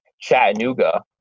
Chattanooga